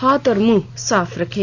हाथ और मुंह साफ रखें